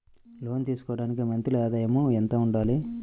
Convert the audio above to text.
లోను తీసుకోవడానికి మంత్లీ ఆదాయము ఎంత ఉండాలి?